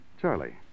Charlie